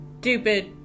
stupid